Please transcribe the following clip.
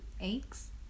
eggs